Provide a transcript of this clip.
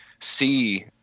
see